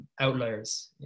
outliers